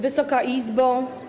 Wysoka Izbo!